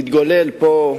מתגולל פה,